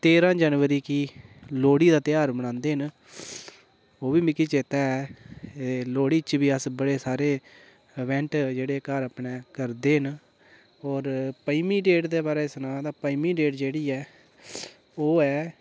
तेरां जनबरी गी लोह्ड़ी दा धेयार मनांदे न ओह् बी मिगी चेता ऐ लोह्ड़ी च बी अस बड़े सारे इवेंट जेह्ड़े घर अपने करदे न होर पंजमी डेट दे बारे च सनां ता पंजमी डेट जेह्ड़ी ऐ ओह् ऐ